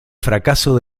fracaso